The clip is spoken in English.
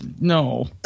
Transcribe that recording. No